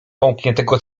połkniętego